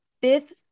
fifth